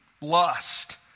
lust